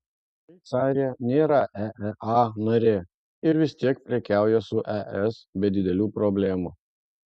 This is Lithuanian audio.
šveicarija nėra eea narė ir vis tiek prekiauja su es be didelių problemų